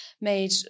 made